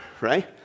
right